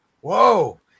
Whoa